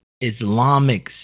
Islamic